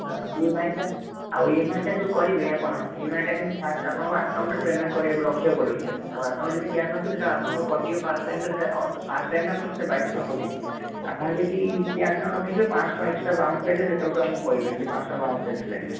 ହଁ ଇଏମଆଇଟା ଆଉ ଇଏମଆଇଟା ଯେଉଁ କରିବେ ଆପଣ ଇଏମଆଇଟା କିନ୍ତୁ ଫାଷ୍ଟ ଆପଣଙ୍କ ଆକାଉଣ୍ଟରେ ପେମେଣ୍ଟ କରିବାକୁ ରଖିବାକୁ ପଡ଼ିବ କ୍ୟାସ୍ ଆଉ ଆକାଉଣ୍ଟରେ ଯଦି କ୍ୟାସ୍ ନଥିବ ସେଇଟା ଆପଣଙ୍କର କଟିବ ଫାଷ୍ଟ ଟାଇମ୍ ପାଇଁ ସେଇଟା ଫାଷ୍ଟ୍ ଟାଇମ୍ଟା ଆମର କେତେ ବାଇଶ ଶହ ଟଙ୍କା କଟିବ ଆପଣ ଯଦି କ୍ୟାସ୍ ନ ରଖିଥିବେ ପାଞ୍ଚ ଶହ ଟଙ୍କା ଏକ୍ସଟ୍ରା ବାଉନ୍ସ ଲାଗିଲେ ସେତେବେଳକୁ ଆମକୁ କହିବେନି ଯେ ପାଞ୍ଚ ଶହ ଟଙ୍କା ବାଉନ୍ସ ଚାର୍ଜେସ୍ ଲାଗିଲା